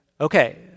okay